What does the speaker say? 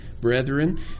Brethren